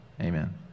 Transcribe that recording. amen